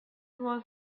was